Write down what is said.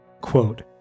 Quote